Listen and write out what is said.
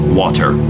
water